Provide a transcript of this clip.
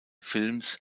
films